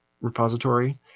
repository